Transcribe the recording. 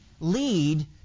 lead